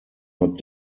not